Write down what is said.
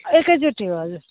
एकैचोटि हो हजुर